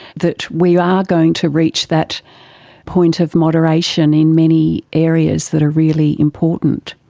that we are going to reach that point of moderation in many areas that are really important?